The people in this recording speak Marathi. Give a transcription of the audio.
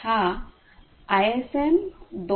हा आयएसएम 2